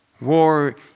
War